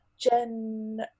Jen